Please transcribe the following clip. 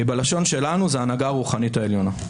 בלשון שלנו זו ההנהגה הרוחנית העליונה.